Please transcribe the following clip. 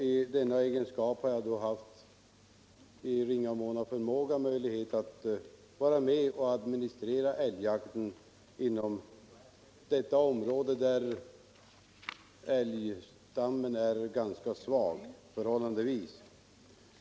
I denna egenskap har jag i mån av ringa förmåga varit med om att administrera älgjakten inom detta område, där älgstammen är förhållandevis svag.